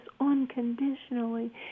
unconditionally